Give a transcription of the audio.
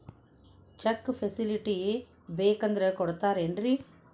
Check facility ಬೇಕಂದ್ರ ಕೊಡ್ತಾರೇನ್ರಿ?